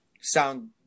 sound